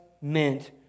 meant